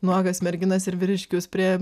nuogas merginas ir vyriškius prie